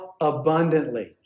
Abundantly